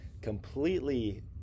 completely –